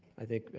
i think,